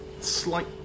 slight